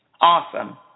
Awesome